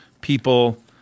people